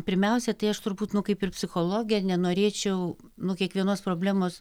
pirmiausia tai aš turbūt nu kaip ir psichologė nenorėčiau nu kiekvienos problemos